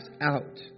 out